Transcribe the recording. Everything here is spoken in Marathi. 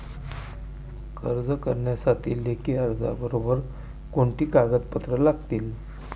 कर्ज करण्यासाठी लेखी अर्जाबरोबर कोणती कागदपत्रे लागतील?